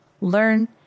learn